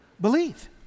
Believe